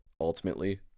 ultimately